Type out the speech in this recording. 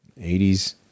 80s